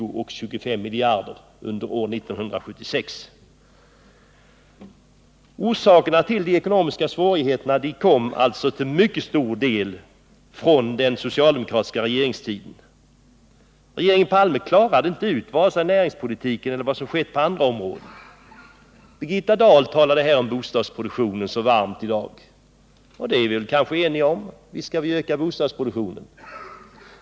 Orsakerna till de ekonomiska svårigheterna kom alltså till mycket stor del från den socialdemokratiska regeringstiden. Regeringen Palme klarade således inte ut vare sig näringspolitiken eller vad som skett på andra områden. I Birgitta Dahl talade här i dag så varmt om bostadsproduktionen. Och visst skall vi öka bostadsproduktionen — det är vi eniga om.